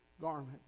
garment